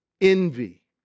envy